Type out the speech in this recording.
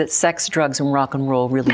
that sex drugs and rock n roll really